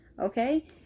Okay